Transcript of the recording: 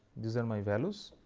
these are my values.